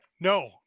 no